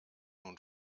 nun